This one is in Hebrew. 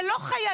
זה לא חיילים.